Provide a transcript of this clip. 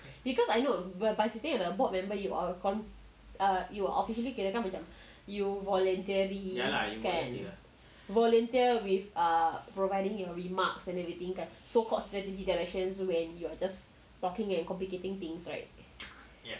because I know whereby sitting as a board member you can err you will officially can become macam you voluntarily kan volunteer with err providing your remarks and everything kan so called strategic directions when you are just talking and complicating things right